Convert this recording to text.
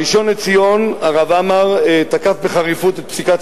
הראשון לציון הרב עמאר תקף בחריפות את פסיקת